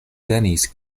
venis